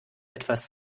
etwas